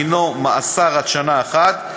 דינו מאסר עד שנה אחת,